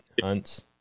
hunts